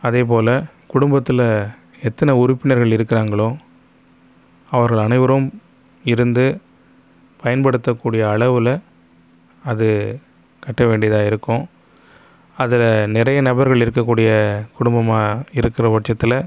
அதே போல் குடும்பத்தில் எத்தனை உறுப்பினர்கள் இருக்கிறாங்களோ அவர்கள் அனைவரும் இருந்து பயன்படுத்தக்கூடிய அளவில் அது கட்ட வேண்டியதாக இருக்கும் அதில் நிறைய நபர்கள் இருக்கக்கூடிய குடும்பமாக இருக்கிற பச்சத்தில்